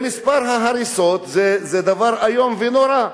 מספר ההריסות זה דבר איום ונורא.